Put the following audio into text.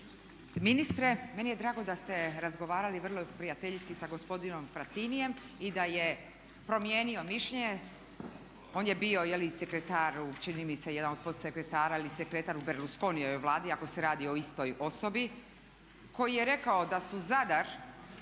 ministre, meni je drago da ste razgovarali vrlo prijateljski sa gospodinom Frattinijem i da je promijenio mišljenje. On je bio sekretar, čini mi se jedan od pod sekretara ili sekretar u Berlusconijevoj Vladi ako se radi o istoj osobi koji je rekao 2009. godine